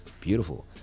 beautiful